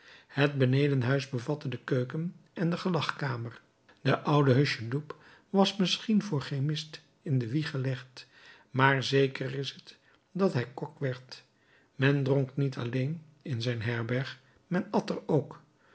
het benedenhuis bevatte de keuken en de gelagkamer de oude hucheloup was misschien voor chemist in de wieg gelegd maar zeker is t dat hij kok werd men dronk niet alleen in zijn herberg men at er ook